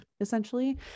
essentially